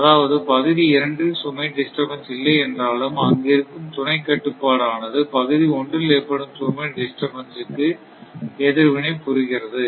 அதாவது பகுதி இரண்டில் சுமை டிஸ்டர்பன்ஸ் இல்லை என்றாலும் அங்கு இருக்கும் துணை கட்டுப்பாடு ஆனது பகுதி ஒன்றில் ஏற்படும் சுமை டிஸ்டர்பன்ஸ் க்கு எதிர்வினை புரிகிறது